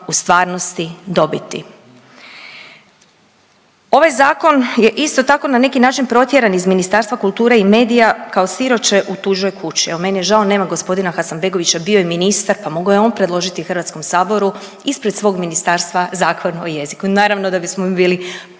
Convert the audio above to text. u stvarnosti dobiti. Ovaj zakon je isto tako na neki način protjeran iz Ministarstva kulture i medija kao siroče u tuđoj kući. Evo meni je žao nema gospodina Hasanbegovića, bio je ministar, pa mogao je on predložiti Hrvatskom saboru ispred svog ministarstva zakon o jeziku i naravno da bismo mi